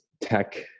tech